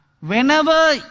whenever